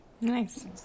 Nice